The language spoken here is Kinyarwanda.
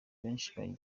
benshi